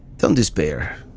don't despair,